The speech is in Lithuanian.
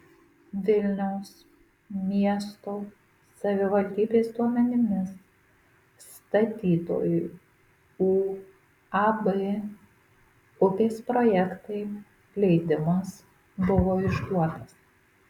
vilniaus miesto savivaldybės duomenimis statytojui uab upės projektai leidimas buvo išduotas